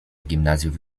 gimnazjów